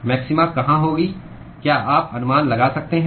maxima कहाँ होगी क्या आप अनुमान लगा सकते हैं